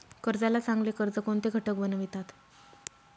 कर्जाला चांगले कर्ज कोणते घटक बनवितात?